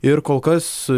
ir kol kas